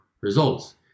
results